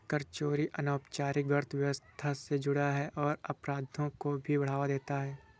कर चोरी अनौपचारिक अर्थव्यवस्था से जुड़ा है और अपराधों को भी बढ़ावा देता है